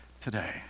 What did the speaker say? today